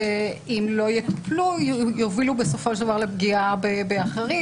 שאם לא יטופלו הן יובילו בסופו של דבר לפגיעה באחרים.